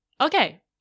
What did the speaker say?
okay